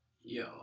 yo